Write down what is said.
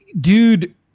dude